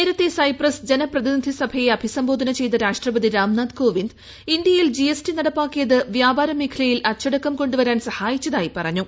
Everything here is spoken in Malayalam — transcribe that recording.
നേരത്തെ സൈപ്രസ് ജനപ്രതിനിധി സഭയെ അഭിസംബോധന ചെയ്ത രാഷ്ട്രപതി രാംനാഥ് കോവിന്ദ് ഇന്ത്യയിൽ ജി എസ് ടി നടപ്പാക്കിയത് വ്യാപാര മേഖലയിൽ അച്ചടക്കം കൊ ുവരാൻ സഹായിച്ചതായി പറഞ്ഞു